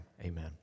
amen